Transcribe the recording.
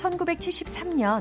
1973년